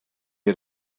had